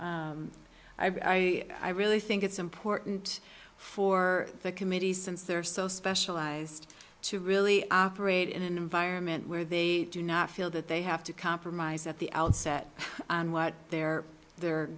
n i really think it's important for the committees since there are so specialized to really operate in an environment where they do not feel that they have to compromise at the outset on what their their